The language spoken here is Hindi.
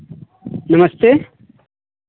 नमस्ते